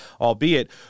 albeit